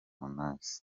harmonize